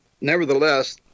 nevertheless